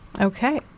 Okay